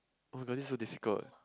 oh-my-god this so difficult